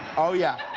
oh yeah,